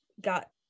got